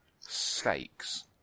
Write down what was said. Steaks